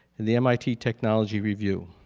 and the mit technology review.